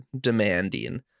demanding